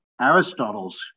aristotle's